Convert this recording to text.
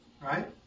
Right